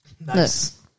Nice